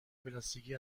پلاستیکی